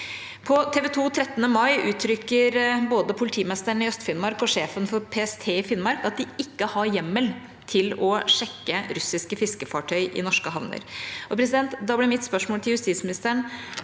På TV 2 den 13. mai uttrykker både politimesteren i Øst-Finnmark og sjefen for PST i Finnmark at de ikke har hjemmel til å sjekke russiske fiskefartøy i norske havner. Da blir mitt spørsmål til justisministeren: